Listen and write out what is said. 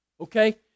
okay